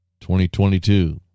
2022